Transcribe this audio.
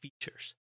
features